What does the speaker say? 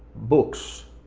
books,